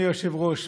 אדוני היושב-ראש,